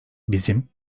bizim